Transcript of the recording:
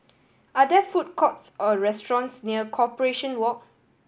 are there food courts or restaurants near Corporation Walk